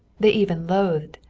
they even loathed.